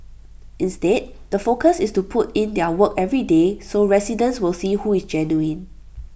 instead the focus is to put in their work every day so residents will see who is genuine